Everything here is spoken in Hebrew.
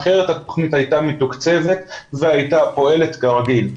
אחרת התוכנית הייתה מתוקצבת והייתה פועלת כרגיל.